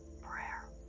Prayer